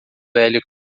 velho